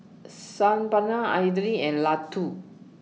San Paneer Idili and Ladoo